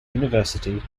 university